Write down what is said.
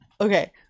Okay